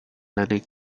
learning